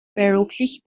freiberuflich